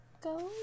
go